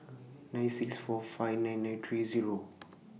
nine six five four nine nine three Zero